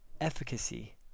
Efficacy